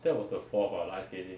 that was the fourth ah ice skating